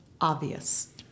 obvious